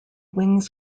wings